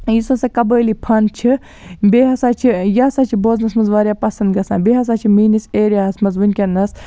یُس ہسا قبٲیلی فن چھُ بیٚیہِ ہسا چھ یہِ ہسا چھُ بوزنَس منٛز واریاہ پسنٛد گژھان بیٚیہِ ہسا چھِ میٲنِس ایریا ہس منٛز وٕنکیٚنَس